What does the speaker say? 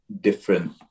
different